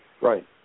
Right